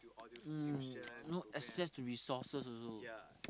mm no access to be sources also